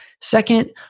Second